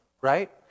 Right